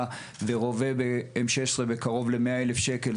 ורובי M16 בקירוב ל- 100 אלף שקלים,